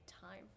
time